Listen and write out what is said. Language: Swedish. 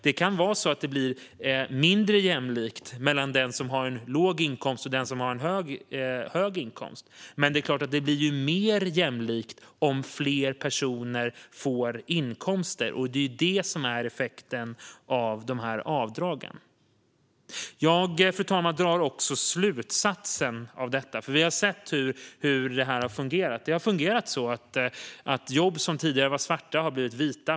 Det kan vara så att det blir mindre jämlikt mellan den som har en låg inkomst och den som har en hög inkomst, men det blir ändå mer jämlikt om fler personer får inkomster. Det är det som är effekten av de här avdragen. Fru talman! Vi har sett hur det här har fungerat. Det har fungerat så att jobb som tidigare var svarta har blivit vita.